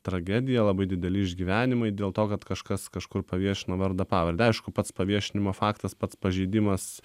tragedija labai dideli išgyvenimai dėl to kad kažkas kažkur paviešino vardą pavardę aišku pats paviešinimo faktas pats pažeidimas